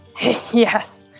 Yes